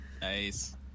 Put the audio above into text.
nice